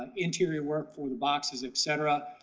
and interior work for the boxes, etc,